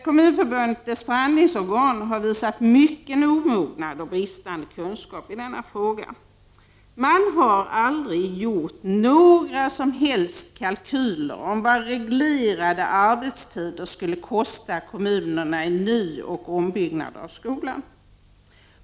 Kommunförbundets förhandlingsorgan har visat mycken omognad och bristande kunskap i denna fråga. Kommunförbundets förhandlingsorgan har aldrig gjort några som helst kalkyler över vad reglerade arbetstider skulle kosta kommunerna i nyoch ombyggnad av skolorna.